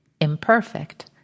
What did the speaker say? imperfect